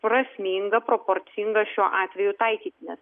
prasminga proporcinga šiuo atveju taikyti nes mes vis dėlto kalbam